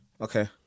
Okay